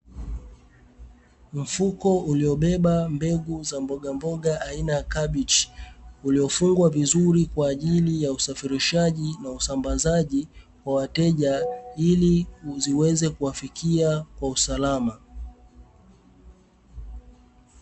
Mfuko uliobeba mbegu za mbogamboga aina ya kabichi, uliofungwa vizuri kwa ajili ya usafirishaji na usambazaji kwa wateja, ili ziweze kuwafikia kwa usalama.